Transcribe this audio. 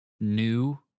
new